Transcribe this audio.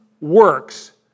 works